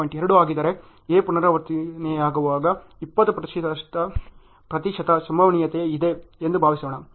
2 ಆಗಿದ್ದರೆ A ಪುನರಾವರ್ತನೆಯಾಗುವ 20 ಪ್ರತಿಶತ ಸಂಭವನೀಯತೆ ಇದೆ ಎಂದು ಭಾವಿಸೋಣ